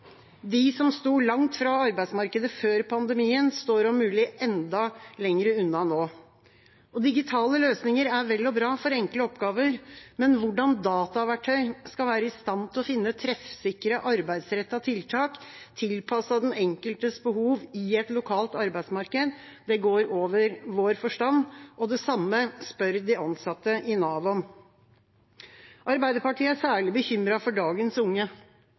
De som sto langt fra arbeidsmarkedet før pandemien, står om mulig enda lenger unna nå. Digitale løsninger er vel og bra for enkle oppgaver, men hvordan dataverktøy skal være i stand til å finne treffsikre arbeidsrettede tiltak tilpasset den enkeltes behov i et lokalt arbeidsmarked, overgår vår forstand. Det samme spør de ansatte i Nav om. Arbeiderpartiet er særlig bekymret for dagens unge. Det har blitt fem nye unge uføre hver dag under høyreregjeringa. Antallet unge